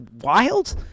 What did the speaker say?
wild